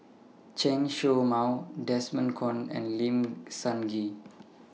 Chen Show Mao Desmond Kon and Lim Sun Gee